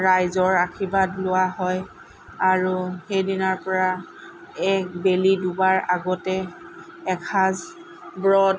ৰাইজৰ আৰ্শীবাদ লোৱা হয় আৰু সেই দিনাৰ পৰা এ বেলি ডুবাৰ আগতেই এসাঁজ ব্ৰত